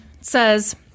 says